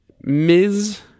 Ms